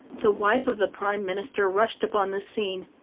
the wife of the prime minister rushed upon the scene.